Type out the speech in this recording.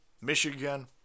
Michigan